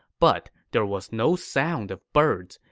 but there was no sound of birds,